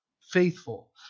faithful